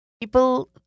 people